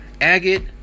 agate